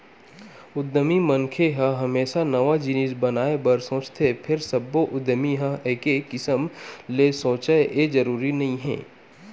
उद्यमी मनखे ह हमेसा नवा जिनिस बनाए बर सोचथे फेर सब्बो उद्यमी ह एके किसम ले सोचय ए जरूरी नइ हे